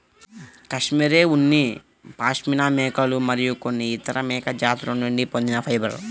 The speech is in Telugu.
కష్మెరె ఉన్ని పాష్మినా మేకలు మరియు కొన్ని ఇతర మేక జాతుల నుండి పొందిన ఫైబర్